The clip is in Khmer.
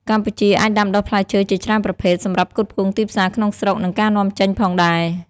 កម្ពុជាអាចដាំដុះផ្លែឈើជាច្រើនប្រភេទសម្រាប់ផ្គត់ផ្គង់ទីផ្សារក្នុងស្រុក និងការនាំចេញផងដែរ។